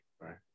right